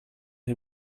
who